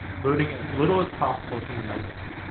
loading as little as possible from the network.